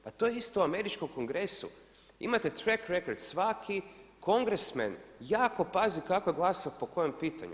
Pa to je isto u američkom kongresu, imate track record, svaki kongresmen jako pazi kako je glasao i po kojem pitanju.